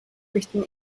written